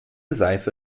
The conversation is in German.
seife